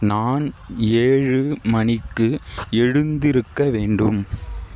நான் ஏழு மணிக்கு எழுந்திருக்க வேண்டும்